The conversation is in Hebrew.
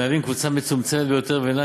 המהווים קבוצה מצומצמת ביותר שאינה